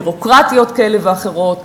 ביורוקרטיות כאלה ואחרות,